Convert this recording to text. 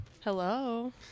Hello